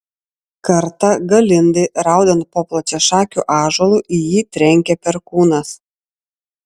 kartą galindai raudant po plačiašakiu ąžuolu į jį trenkė perkūnas